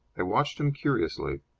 i watched him curiously.